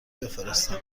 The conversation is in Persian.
بفرستم